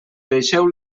deixeu